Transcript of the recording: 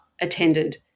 attended